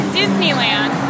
Disneyland